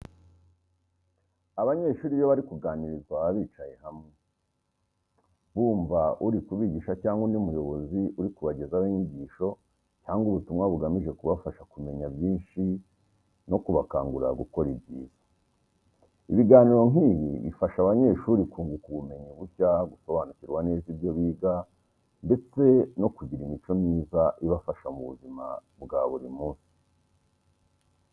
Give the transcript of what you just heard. Abanyeshuri iyo bari kuganirizwa baba bicaye hamwe, bumva uri kubigisha cyangwa undi muyobozi uri kubagezaho inyigisho cyangwa ubutumwa bugamije kubafasha kumenya byinshi no kubakangurira gukora ibyiza. Ibiganiro nk'ibi bifasha abanyeshuri kunguka ubumenyi bushya, gusobanukirwa neza ibyo biga, ndetse no kugira imico myiza ibafasha mu buzima bwa buri munsi.